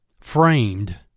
framed